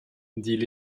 dit